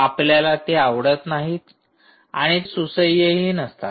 आपल्याला ते आवडत नाहीत आणि ते सुसह्यही नसतात